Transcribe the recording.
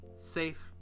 safe